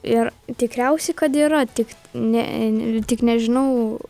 ir tikriausiai kad yra tik tik nežinau